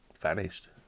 vanished